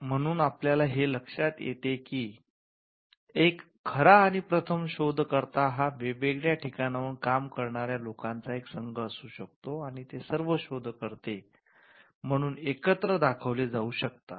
म्हणून आपल्या हे लक्षात येते की एक खरा आणि प्रथम शोधकर्ता हा वेगवेगळ्या ठिकाणाहून काम करणार्या लोकांचा एक संघ असू शकतो आणि ते सर्व शोधकर्ते म्हणून एकत्र दाखविले जाऊ शकतात